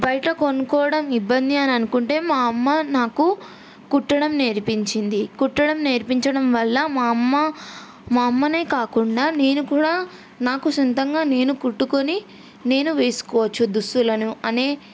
బయట కొనుక్కోవడం ఇబ్బంది అని అనుకుంటే మా అమ్మ నాకు కుట్టడం నేర్పించింది కుట్టడం నేర్పించడం వల్ల మా అమ్మ మా అమ్మనే కాకుండా నేను కూడా నాకు సొంతంగా నేను కుట్టుకుని నేను వేసుకోవచ్చు దుస్తులను అనే